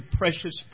precious